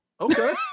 Okay